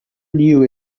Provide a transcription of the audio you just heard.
neo